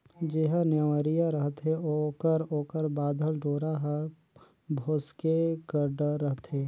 जेहर नेवरिया रहथे ओकर ओकर बाधल डोरा हर भोसके कर डर रहथे